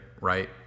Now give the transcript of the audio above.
right